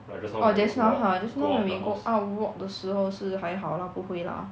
orh just now !huh! just now when we go out walk 的时候是还好 lah 不会 lah